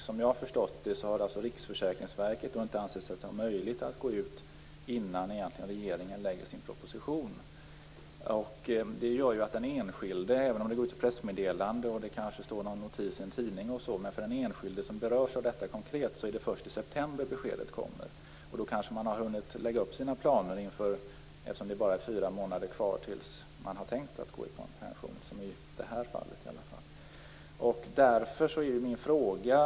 Som jag har förstått detta har Riksförsäkringsverket inte ansett sig ha möjlighet att gå ut med information innan regeringen lägger fram sin proposition. Det gör ju att den enskilde som berörs av detta konkret, även om det går ut ett pressmeddelande och det kanske står någon notis i en tidning, får besked först i september, och då kanske han eller hon redan har hunnit lägga upp sina planer, eftersom det bara är fyra månader kvar tills han eller hon har tänkt att gå i pension, som i detta fall.